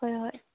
ꯍꯣꯏ ꯍꯣꯏ